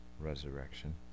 resurrection